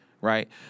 right